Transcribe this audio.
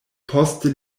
poste